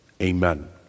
Amen